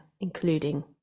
including